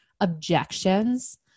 objections